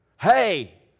hey